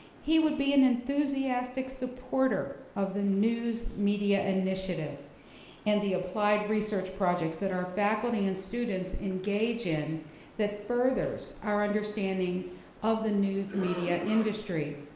he would be an enthusiastic supporter of the news media initiative and the applied research projects that our faculty and students engage in that furthers our understanding of the news media industry.